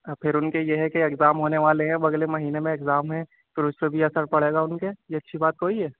آ پھر اُن کے یہ ہے کہ اگزام ہونے والے ہیں اب اگلے مہینے میں اگزام ہیں پھر اُس پہ بھی اثر پڑے گا اُن کے یہ اچھی بات کوئی ہے